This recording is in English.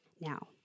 Now